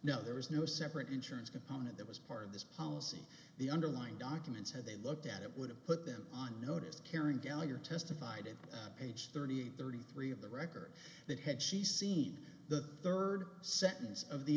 no there was no separate insurance component that was part of this policy the underlying documents had they looked at it would have put them on notice caring gallagher testified in page thirty thirty three of the record that had she seen the third sentence of the